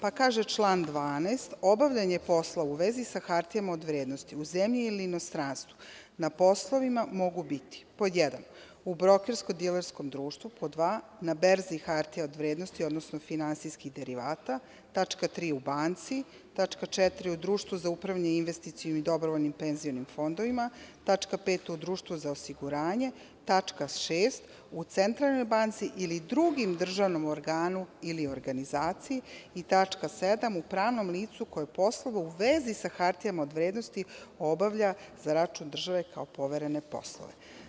Pa, kaže član 12. - obavljanje poslova u vezi sa hartijama od vrednosti u zemlji ili inostranstvu na poslovima mogu biti: pod 1. u brokerskom dilerskom društvu, pod 2. na berzi hartija od vrednosti, odnosno finansijski derivata, tačka 3. u banci, tačka 4. u društvu za upravljanje investicionih i dobrovoljnih penzionih fondovima, tačka 5. u društvu za osiguranje, tačka 6. u Centralnoj banci ili drugim državnom organu ili organizaciji i tačka 7. u pravnom licu koje poslove u vezi sa hartijama od vrednosti obavlja za račun države kao poverene poslove.